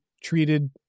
treated